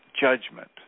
Judgment